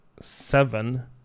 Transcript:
seven